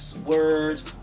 words